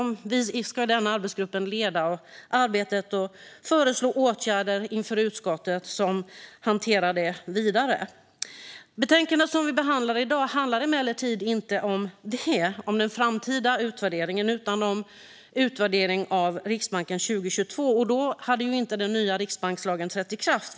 Denna arbetsgrupp ska leda arbetet och föreslå åtgärder för utskottet, som hanterar det vidare. Det betänkande som vi behandlar i dag handlar emellertid inte om den framtida utvärderingen utan om utvärdering av Riksbanken för 2022. Då hade den nya riksbankslagen inte trätt i kraft.